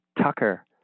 Tucker